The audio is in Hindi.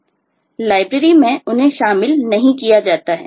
लेकिन Library में उन्हें शामिल नहीं किया जाता है